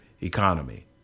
economy